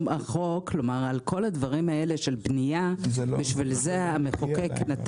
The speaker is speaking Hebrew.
לכל הדברים האלה של בנייה נתן המחוקק.